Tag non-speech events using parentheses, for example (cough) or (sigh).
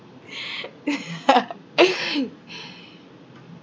(laughs)